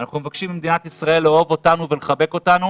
אנחנו מבקשים ממדינת ישראל לאהוב אותנו ולחבק אותנו